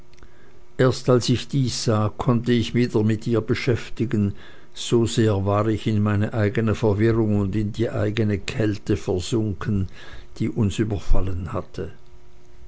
erst als ich dies sah konnte ich mich wieder mit ihr beschäftigen so sehr war ich in meine eigene verwirrung und in die eisige kälte versunken die uns überfallen hatte